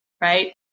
Right